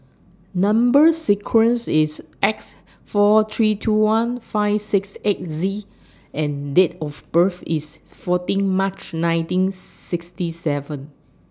Number sequence IS X four three two one five six eight Z and Date of birth IS fourteen March nineteen sixty seven